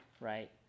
right